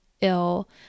ill